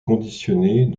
conditionnés